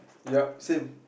yup same